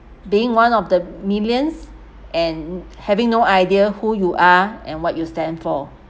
being one of the millions and having no idea who you are and what you stand for